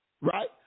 right